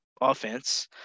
offense